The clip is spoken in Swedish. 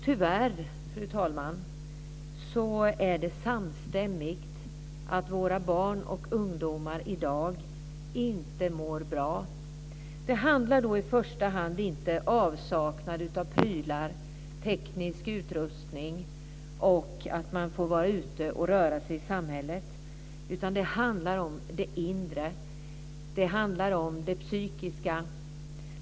Tyvärr, fru talman, kommer det samstämmigt fram att våra barn och ungdomar i dag inte mår bra. Det handlar i första hand inte om avsaknad av prylar, teknisk utrustning och att få vara ute och röra sig i samhället. Det handlar om det inre. Det handlar om det psykiska.